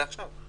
זה עכשיו.